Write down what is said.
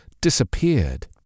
disappeared